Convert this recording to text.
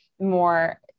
more